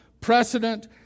precedent